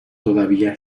todavía